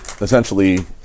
essentially